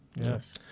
Yes